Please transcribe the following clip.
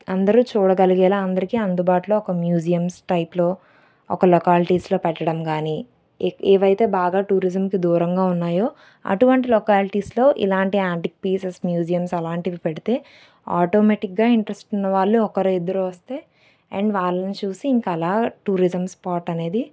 అందరు చూడగలిగేలాగా అందరికి అందుబాటులో ఒక మ్యూజియమ్స్ టైప్లో ఒక లొకాలిటీస్లో పెట్టడం కానీ ఏ ఏవైతే బాగా టూరిజంకు దూరంగా ఉన్నాయో అటువంటి లొకాలిటీస్లో ఇలాంటి ఆంటిక్ పీసెస్ మ్యూజియమ్స్ అలాంటివి పెడితే ఆటోమేటిక్గా ఇంట్రస్ట్ ఉన్న వాళ్ళు ఒక్కరో ఇద్దరో వస్తే అండ్ వాళ్ళని చూసి ఇంకా అలా టూరిజం స్పాట్ అనేది